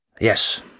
Yes